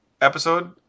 episode